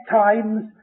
times